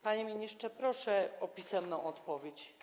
Panie ministrze, proszę o pisemną odpowiedź.